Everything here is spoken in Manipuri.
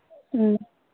ꯎꯝ